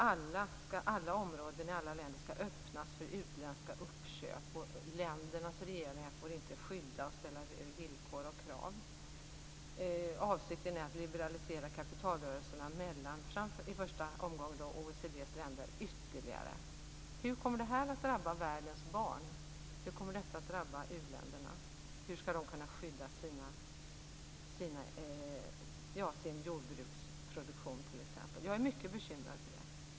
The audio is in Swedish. Alla områden i alla länder skall öppnas för utländska uppköp och ländernas regeringar får inte skydda och ställa villkor och krav. Avsikten är att liberalisera kapitalrörelserna mellan, i en första omgång, OECD:s länder ytterligare. Hur kommer det att drabba världens barn? Hur kommer det att drabba u-länderna? Hur skall de kunna skydda sin jordbruksproduktion, t.ex.? Jag är mycket bekymrad för det.